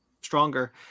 stronger